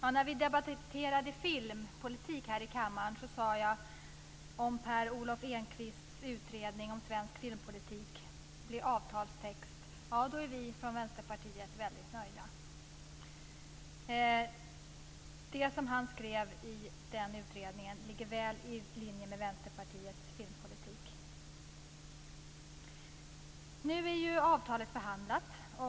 När vi debatterade filmpolitik här i kammaren sade jag att om Per Olov Enquists utredning om svensk filmpolitik blir avtalstext är vi från Vänsterpartiet väldigt nöjda. Det som han skrev i den utredningen ligger väl i linje med Vänsterpartiets filmpolitik. Nu är avtalet färdigförhandlat.